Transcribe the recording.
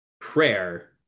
prayer